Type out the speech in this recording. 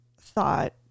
thought